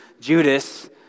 Judas